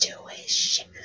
Jewish